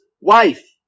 wife